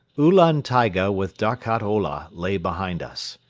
ulan taiga with darkhat ola lay behind us.